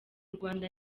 rwanda